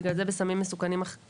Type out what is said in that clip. בגלל זה, אין את זה בסמים מסוכנים אחרים.